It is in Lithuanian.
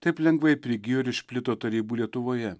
taip lengvai prigijo ir išplito tarybų lietuvoje